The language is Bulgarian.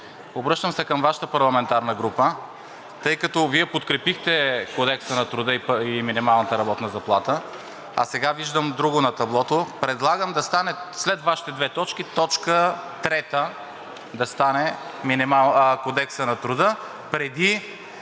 обръщам се към Вашата парламентарна група, тъй като Вие подкрепихте Кодекса на труда и минималната работна заплата, а сега виждам друго на таблото, предлагам след Вашите две точки точка трета да стане Кодекса на труда, преди